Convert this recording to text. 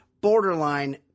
borderline